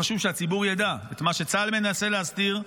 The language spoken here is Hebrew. חשוב שהציבור יידע את מה שצה"ל מנסה להסתיר,